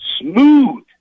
smooth